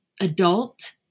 adult